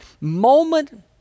moment